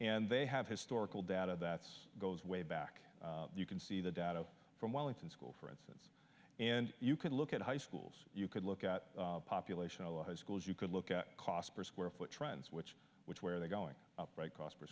and they have historical data that's goes way back you can see the data from wellington school and you can look at high schools you could look at a population of high schools you could look at cost per square foot trends which which where they're going up right cost per